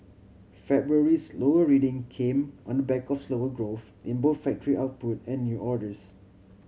February's lower reading came on the back of slower growth in both factory output and new orders